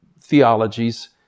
theologies